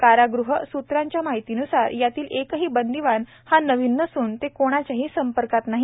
कारागृह सूत्रांच्या माहितीन्सार यातील एकही बंदिवान हा नवीन नसून ते कोणाच्याही संपर्कात नाहीत